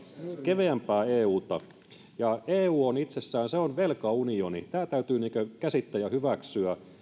keveämpää euta eu on itsessään velkaunioni ja tämä täytyy käsittää ja hyväksyä